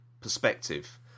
perspective